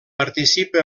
participa